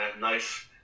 Nice